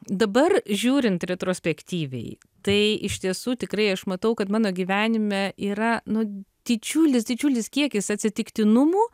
dabar žiūrint retrospektyviai tai iš tiesų tikrai aš matau kad mano gyvenime yra nu didžiulis didžiulis kiekis atsitiktinumų